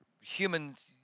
humans